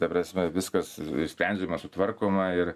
ta prasme viskas išsprendžiama sutvarkoma ir